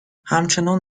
همچنان